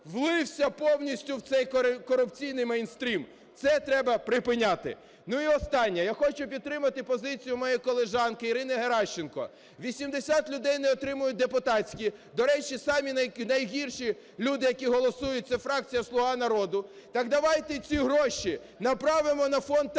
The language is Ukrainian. влився повністю в цей корупційний мейнстрим. Це треба припиняти. Ну, і останнє. Я хочу підтримати позицію моєї колежанки Ірини Геращенко. 80 людей не отримують депутатські. До речі, самі найгірші люди, які голосують, це фракція "Слуга народу". Так давайте ці гроші направимо на фонд